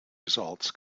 results